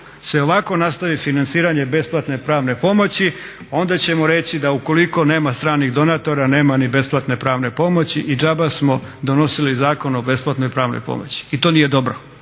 se ovako nastavi financiranje besplatne pravne pomoći onda ćemo reći da ukoliko nema stranih donatora nema ni besplatne pravne pomoći džaba smo donosili Zakon o besplatnoj pravnoj pomoći i to nije dobro.